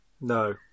No